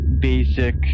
basic